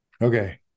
okay